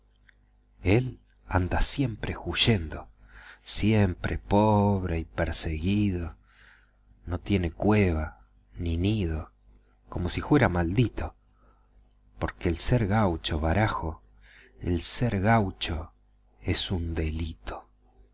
él andaba siempre juyendo siempre pobre y perseguido no tiene cueva ni nido como si juera maldito porque el ser gaucho barajo el ser gaucho es un delito